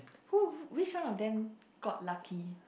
who which one of them got lucky